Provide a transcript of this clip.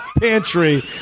pantry